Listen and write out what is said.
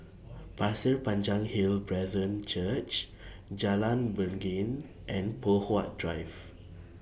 Pasir Panjang Hill Brethren Church Jalan Beringin and Poh Huat Drive